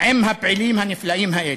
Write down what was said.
עם הפעילים הנפלאים האלה.